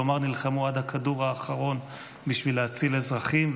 כלומר נלחמו עד הכדור האחרון בשביל להציל אזרחים.